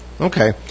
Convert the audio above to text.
Okay